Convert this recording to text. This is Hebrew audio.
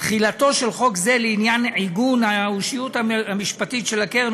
תחילתו של חוק זה לעניין עיגון האישיות המשפטית של הקרן